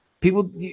people –